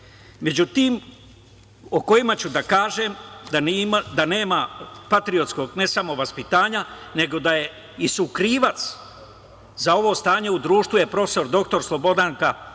tim o kojima ću da kažem da nema patriotskog ne samo vaspitanja, nego da su krivac za ovo stanje u društvu je prof. dr Slobodanka Turajlić,